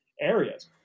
areas